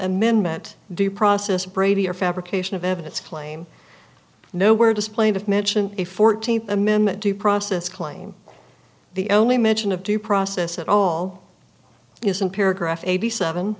amendment due process brady or fabrication of evidence claim nowhere does plaintiff mention a fourteenth amendment due process claim the only mention of due process at all isn't paragraph eighty seven